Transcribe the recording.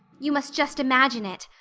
you must just imagine it.